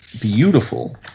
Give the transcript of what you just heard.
beautiful